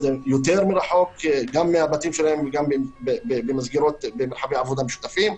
יותר מרחוק גם מהבתים שלהם וגם במרחבי עבודה משותפים.